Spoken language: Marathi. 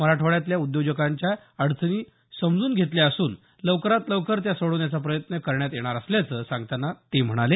मराठवाड्यातल्या उद्योगांच्या अडचणी समजून घेतल्या असून लवकरात लवकर त्या सोडवण्याचा प्रयत्न करण्यात येणार असल्याचं सांगताना ते म्हणाले